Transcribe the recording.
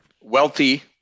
Wealthy